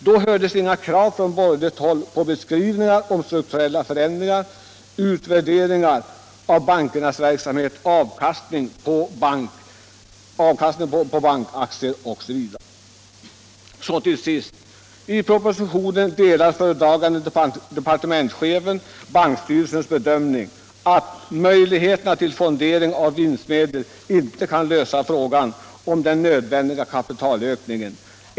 Då hördes inga krav från borgerligt håll på beskrivningar av strukturella förändringar, utvärdering av bankernas verksamhet, avkastning på bankaktier osv. I propositionen delar föredragande departementschefen bankstyrelsens bedömning att möjligheterna till fondering av vinstmedel inte kan lösa frågan om den nödvändiga kapitalökningen.